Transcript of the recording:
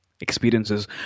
Experiences